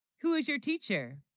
who is your teacher?